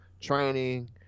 training